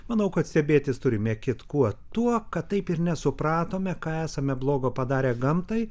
manau kad stebėtis turime kitkuo tuo kad taip ir nesupratome ką esame blogo padarę gamtai